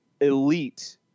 elite